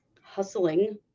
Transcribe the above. hustling